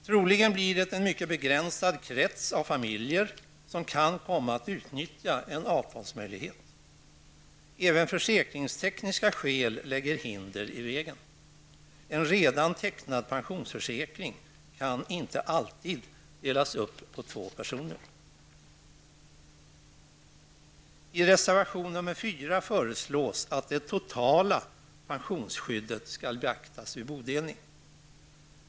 Troligen blir det en mycket begränsad krets av familjer som kan komma att utnyttja en avtalsmöjlighet. Även försäkringstekniska faktorer utgör hinder. En redan tecknad pensionsförsäkring kan inte alltid delas upp på två personer. I reservation nr 4 finns det förslag om att det totala pensionsskyddet skall beaktas vid bodelning.